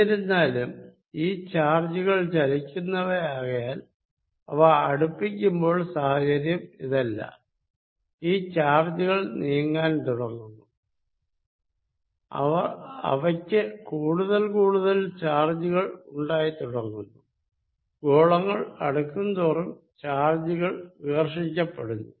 എന്നിരുന്നാലും ഈ ചാർജുകൾ ചലിക്കുന്നവയാകയാൽ അവ അടുപ്പിക്കുമ്പോൾ സാഹചര്യം ഇതല്ല ഈ ചാർജുകൾ നീങ്ങാൻ തുടങ്ങുന്നു അവക്ക് കൂടുതൽ കൂടുതൽ ചാർജുകൾ ഉണ്ടായിത്തുടങ്ങുന്നു ഗോളങ്ങൾ അടുക്കും തോറും ചാർജുകൾ വികര്ഷിക്കപ്പെടുന്നു